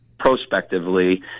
prospectively